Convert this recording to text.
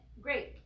great